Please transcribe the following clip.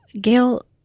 Gail